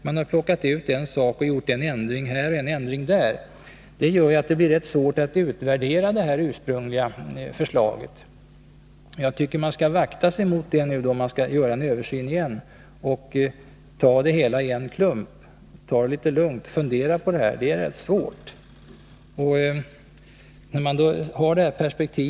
Man har plockat ut en sak och gjort en ändring här och en där. Det har gjort att det är ganska svårt att utvärdera det ursprungliga förslaget. Jag tycker alltså att man skall akta sig för detta när man nu åter gör en översyn. Ta i stället det hela i en klump, ta det lugnt och fundera över dessa ganska svåra saker.